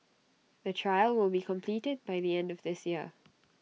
the trial will be completed by the end of this year